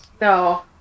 No